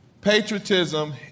Patriotism